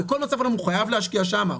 בכל מצב הוא הרי מחויב להשקיע שם.